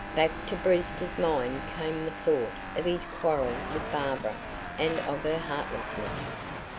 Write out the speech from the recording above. back to brewster's mind came the thought of his quarrel with barbara and of her heartlessness.